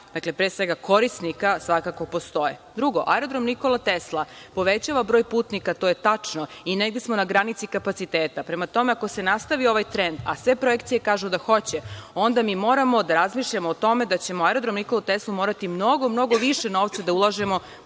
pre svega korisnika, svakako postoje. Drugo, Aerodrom „Nikola Tesla“ povećava broj putnika, to je tačno i negde smo na granici kapaciteta. Prema tome, ako se nastavi ovaj trend, a sve projekcije kažu da hoće, onda mi moramo da razmišljamo o tome da ćemo u Aerodrom „Nikolu Teslu“ morati mnogo, mnogo više novca da ulažemo